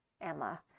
Emma